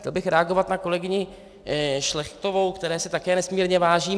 Chtěl bych reagovat na kolegyni Šlechtovou, které si také nesmírně vážím.